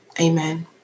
amen